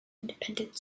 independent